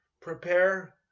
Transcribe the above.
prepare